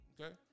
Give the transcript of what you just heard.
okay